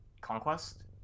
conquest